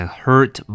hurt